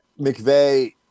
McVeigh